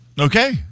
Okay